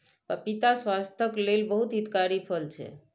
पपीता स्वास्थ्यक लेल बहुत हितकारी फल छै